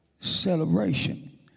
celebration